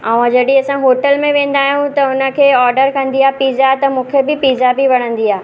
ऐं जॾहि असां होटल में वेंदा आहियूं त हुनखे ऑडर कंदी आहे पिज़ा त मूंखे बि पिज़ा बि वणंदी आहे